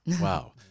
Wow